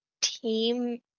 team